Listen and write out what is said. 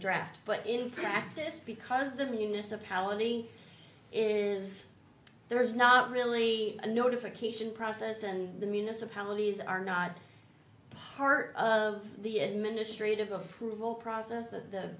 draft but in practice because the municipality is there is not really a notification process and the municipalities are not part of the administrative approval process